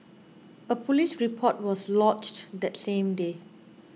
a police report was lodged that same day